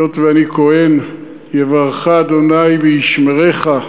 היות שאני כוהן: יברכך ה' וישמרך,